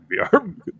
VR